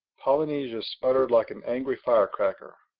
polynesia spluttered like an angry fire-cracker.